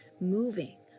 moving